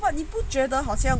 如果你不觉得好像